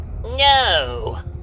No